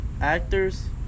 actor's